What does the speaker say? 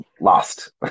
lost